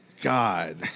God